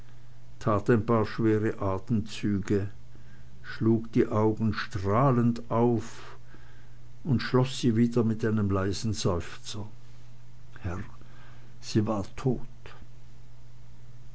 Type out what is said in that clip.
ein paar schwere atemzüge schlug die augen strahlend auf und schloß sie wieder mit einem leisen seufzer herr sie war tot